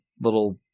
little